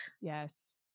Yes